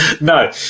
No